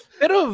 pero